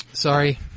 Sorry